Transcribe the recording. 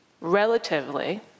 relatively